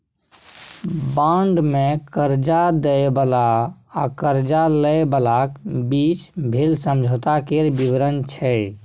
bond मे करजा दय बला आ करजा लय बलाक बीचक भेल समझौता केर बिबरण छै